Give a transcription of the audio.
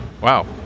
Wow